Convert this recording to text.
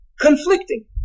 conflicting